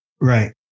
Right